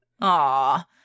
Aw